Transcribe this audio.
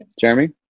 Jeremy